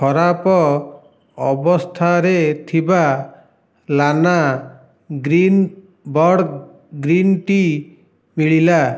ଖରାପ ଅବସ୍ଥାରେ ଥିବା ଲାନା ଗ୍ରୀନ୍ ବର୍ଡ଼ ଗ୍ରୀନ୍ ଟି ମିଳିଲା